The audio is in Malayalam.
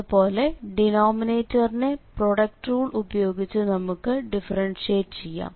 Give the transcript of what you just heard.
അതുപോലെ ഡിനോമിനേറ്ററിനെ പ്രോഡക്ട് റൂൾ ഉപയോഗിച്ച് നമുക്ക് ഡിഫറൻഷ്യേറ്റ് ചെയ്യാം